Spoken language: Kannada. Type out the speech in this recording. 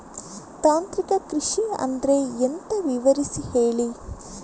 ತಾಂತ್ರಿಕ ಕೃಷಿ ಅಂದ್ರೆ ಎಂತ ವಿವರಿಸಿ ಹೇಳಿ